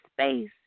space